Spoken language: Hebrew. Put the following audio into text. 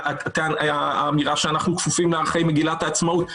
וגם האמירה שאנחנו כפופים לערכי מגילת העצמאות,